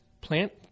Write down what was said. plant